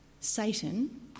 Satan